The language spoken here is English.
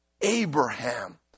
abraham